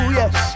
yes